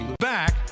Back